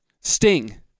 Sting